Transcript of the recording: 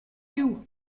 you